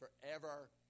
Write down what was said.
forever